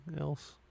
else